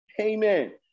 Amen